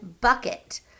bucket